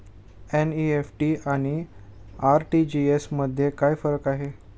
NEFT आणि RTGS मध्ये काय फरक आहे?